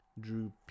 drew